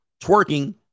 Twerking